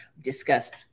discussed